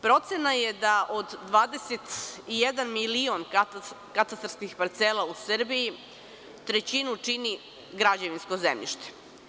Procena je da od 21 milion katastarskih parcela u Srbiji, trećinu čini građevinsko zemljište.